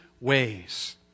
ways